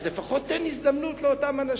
אז לפחות תן הזדמנות לאותם אנשים.